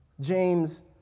James